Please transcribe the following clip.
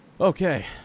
Okay